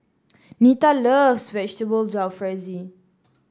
Nita loves Vegetable Jalfrezi